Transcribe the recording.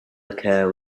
occur